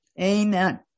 Amen